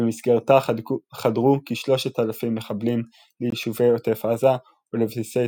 במסגרתה חדרו כ-3,000 מחבלים ליישובי עוטף עזה ולבסיסי